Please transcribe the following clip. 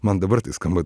man dabar tai skamba